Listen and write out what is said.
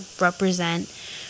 represent